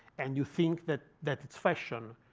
and you think that that it's fashion,